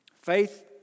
Faith